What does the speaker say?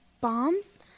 Bombs